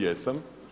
Jesam.